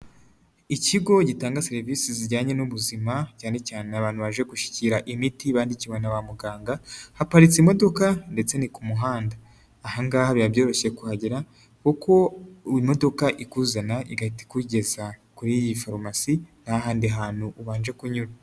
Ikigo gitanga serivisi zijyanye n'ubuzima cyane cyane abantu baje gushyikira imiti bandikiwe na ba muganga haparitse imodoka ndetse ni ku muhanda, aha ngaha biba byoroshye kuhagera kuko imodoka ikuzana igahita ikugeza kuri iyi farumasi ntahandi hantu ubanje kunyura.